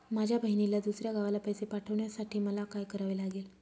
माझ्या बहिणीला दुसऱ्या गावाला पैसे पाठवण्यासाठी मला काय करावे लागेल?